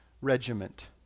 Regiment